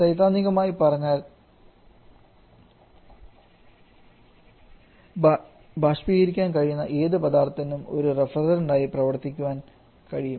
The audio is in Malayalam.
സൈദ്ധാന്തികമായി പറഞ്ഞാൽ ബാഷ്പീകരിക്കാൻ കഴിയുന്ന ഏത് പദാർത്ഥത്തിനും ഒരു റെഫ്രിജറന്റ് ആയി പ്രവർത്തിക്കാൻ കഴിയും